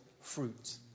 fruit